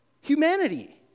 humanity